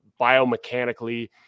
biomechanically –